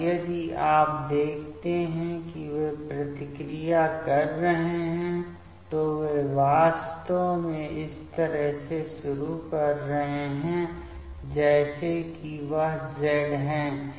और यदि आप देखते हैं कि वे प्रतिक्रिया प्रतिक्रिया कर रहे हैं तो वे वास्तव में इस तरह से शुरू कर रहे हैं जैसे कि यह Z है